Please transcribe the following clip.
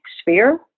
sphere